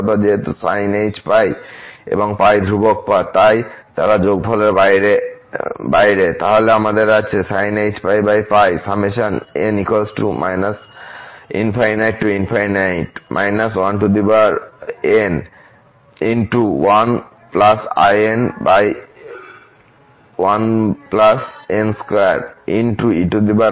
তারপর যেহেতু sinh π এবং π ধ্রুবক পদ তাই তারা যোগফলের বাইরে তাহলে আমাদের আছে এই ফুরিয়ার সিরিজের ফলস্বরূপ